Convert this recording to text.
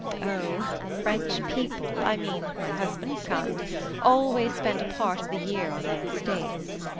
oh, french people i mean my husband's kind always spend a part of the year on their estates.